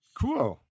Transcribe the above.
Cool